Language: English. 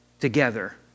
together